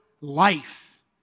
life